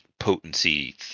potency